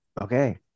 Okay